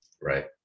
Right